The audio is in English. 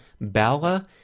Bala